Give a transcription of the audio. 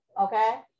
Okay